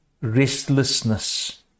restlessness